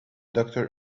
doctor